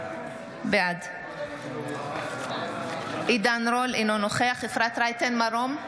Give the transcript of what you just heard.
בעד עידן רול, אינו נוכח אפרת רייטן מרום,